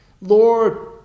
lord